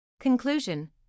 Conclusion